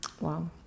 Wow